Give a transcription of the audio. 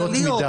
כלליות,